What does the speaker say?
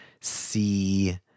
see